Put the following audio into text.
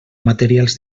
materials